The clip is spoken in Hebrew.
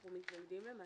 אנחנו מתנגדים.